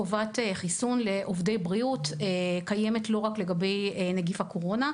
חובת החיסון לעובדי בריאות קיימת לא רק לגבי נגיף הקורונה,